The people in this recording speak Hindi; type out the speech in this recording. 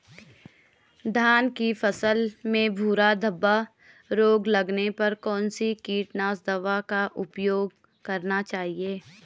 धान की फसल में भूरा धब्बा रोग लगने पर कौन सी कीटनाशक दवा का उपयोग करना चाहिए?